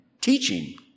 teaching